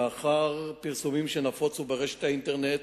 לאחר פרסומים שנפוצו ברשת האינטרנט